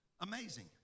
Amazing